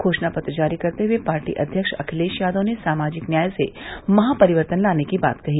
घोषणा पत्र जारी करते हए पार्टी अध्यक्ष अखिलेश यादव ने सामाजिक न्याय से महापरिवर्तन लाने की बात कही